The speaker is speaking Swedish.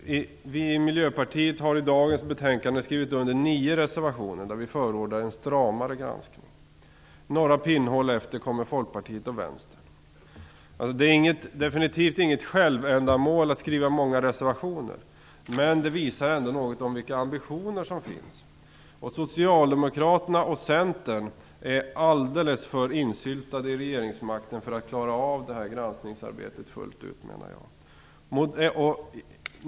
Vi i Miljöpartiet har i dagens betänkande skrivit under nio reservationer, där vi förordar en stramare granskning. Några pinnhål därefter kommer Folkpartiet och Vänstern. Det är definitivt inget självändamål att skriva många reservationer, men det visar ändå något om vilka ambitioner som finns. Socialdemokraterna och Centern är alldeles för insyltade i regeringsmakten för att klara av detta granskningsarbete fullt ut, menar jag.